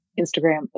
Instagram